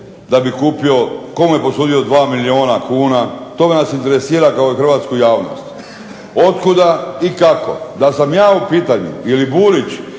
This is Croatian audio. ga ne pitaju tko mu je posudio 2 milijuna kuna, to nas interesira kao Hrvatsku javnost. Od kuda i kako? DA sam ja u pitanju ili Burić,